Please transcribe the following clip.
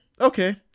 okay